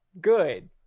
Good